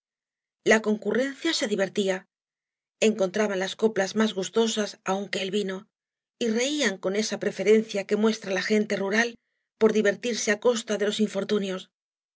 la concurrencia se divertía en contraban las coplas más gustosas aún que el vino y reían con esa preferencia que muestra la gente rural por divertirse á costa d los infortunios